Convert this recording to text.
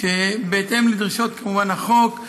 כמובן בהתאם לדרישות החוק,